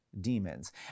demons